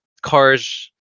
cars